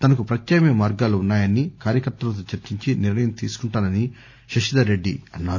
తనకు ప్రత్యామ్నాయ మార్గాలు ఉన్నాయని కార్యకర్తలతో చర్చించి నిర్ణయం తీసుకుంటానని శశిధర్ రెడ్డి అన్నారు